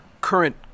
current